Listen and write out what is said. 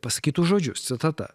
pasakytus žodžius citata